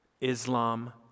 Islam